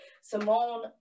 Simone